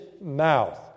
mouth